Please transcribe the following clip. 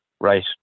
right